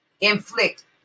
inflict